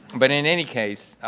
but in any case,